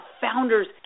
founders